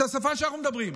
את השפה שאנחנו מדברים בה.